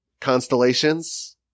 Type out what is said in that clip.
constellations